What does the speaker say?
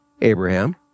Abraham